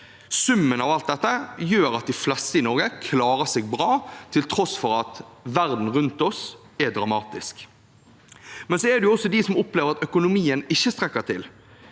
Summen av alt dette gjør at de fleste i Norge klarer seg bra, til tross for at verden rundt oss er dramatisk. Så er det også de som opplever at økonomien ikke strekker til.